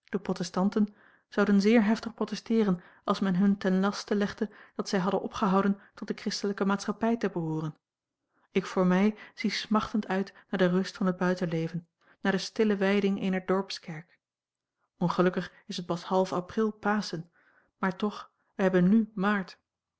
de protestanten zouden zeer heftig protesteeren als men hun ten laste legde dat zij hadden opgehouden tot de christelijke maatschappij te behooren ik voor mij zie smachtend uit naar de rust van het buitenleven naar de stille wijding eener dorpskerk ongelukkig is het pas half april paschen maar toch wij hebben n maart